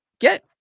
Get